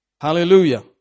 Hallelujah